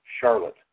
Charlotte